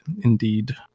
indeed